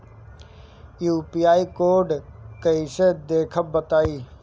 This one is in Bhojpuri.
यू.पी.आई कोड कैसे देखब बताई?